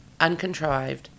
uncontrived